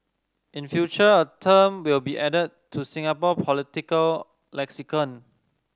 in future a term will be added to Singapore political lexicon